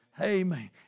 Amen